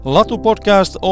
Latu-podcast